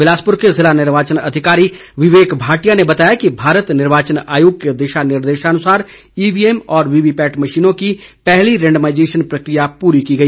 बिलासपुर के जिला निर्वाचन अधिकारी विवेक भाटिया ने बताया कि भारत निर्वाचन आयोग के दिशा निर्देशानुसार ईवीएम और वीवीपैट मशीनों की पहली रेंडमाईजेशन प्रक्रिया पूरी की गई